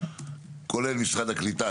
כולל משרד הקליטה,